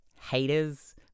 haters